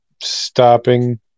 stopping